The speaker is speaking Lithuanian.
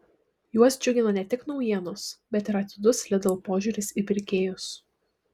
juos džiugina ne tik naujienos bet ir atidus lidl požiūris į pirkėjus